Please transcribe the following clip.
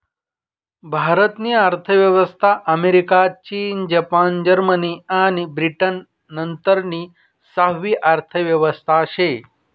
भारत नी अर्थव्यवस्था अमेरिका, चीन, जपान, जर्मनी आणि ब्रिटन नंतरनी सहावी अर्थव्यवस्था शे